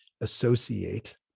associate